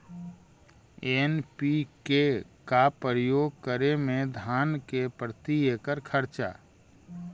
NPK का प्रयोग करे मे धान मे प्रती एकड़ खर्चा?